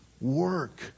work